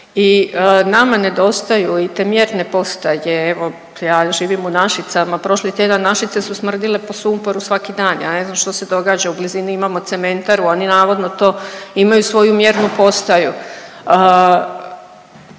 I nama nedostaju i te mjerne postaje. Evo ja živim u Našicama. Prošli tjedan Našice su smrdile po sumporu svaki dan. Ja ne znam što se događa u blizini. Imamo cementaru. Oni navodno to imaju svoju mjernu postaju.